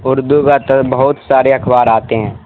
اردو کا تو بہت سارے اخبار آتے ہیں